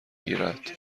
گیرد